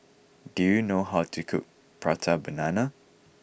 do you know how to cook Prata Banana